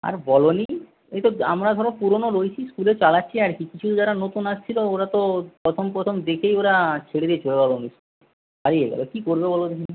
আর বলোনি এই তো আমরা ধরো পুরোনো রয়েছি স্কুলে চালাচ্ছি আর কি কিছু একটা যারা নতুন আসছিল ওরা তো প্রথম প্রথম দেখেই ওরা ছেড়ে দিয়ে চলে গেল ছাড়িয়ে গেল কি করবে বলো দেখিনি